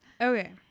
Okay